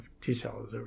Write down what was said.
T-cells